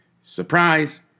Surprise